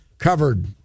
Covered